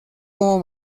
como